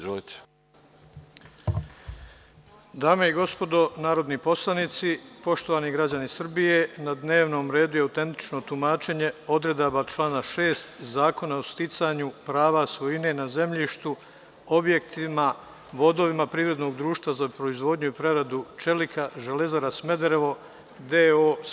Dame i gospodo narodni poslanici, poštovani građani Srbije, na dnevnom redu je autentično tumačenje odredbi člana 6. Zakona o sticanju prava svojine na zemljištu, objektima, vodovima privrednog društva za proizvodnju i preradu čelika Železara Smederevo d.o.o.